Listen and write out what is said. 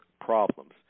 problems